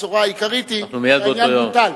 הבשורה העיקרית היא שהעניין בוטל.